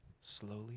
slowly